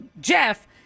Jeff